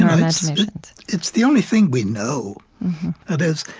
imaginations it's the only thing we know that is,